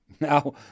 Now